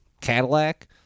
cadillac